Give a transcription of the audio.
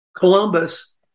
Columbus